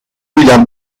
william